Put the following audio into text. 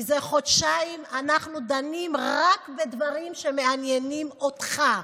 מזה חודשיים אנחנו דנים רק בדברים שמעניינים אותך,